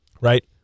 right